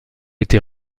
été